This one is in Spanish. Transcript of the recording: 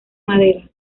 madera